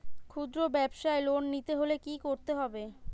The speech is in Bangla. খুদ্রব্যাবসায় লোন নিতে হলে কি করতে হবে?